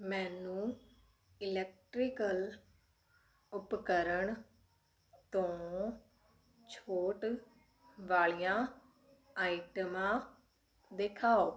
ਮੈਨੂੰ ਇਲੈਕਟ੍ਰੀਕਲ ਉਪਕਰਨ ਤੋਂ ਛੋਟ ਵਾਲੀਆਂ ਆਈਟਮਾਂ ਦਿਖਾਓ